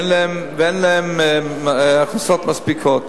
שאין להם הכנסות מספיקות.